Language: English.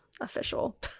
Official